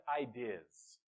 ideas